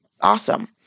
Awesome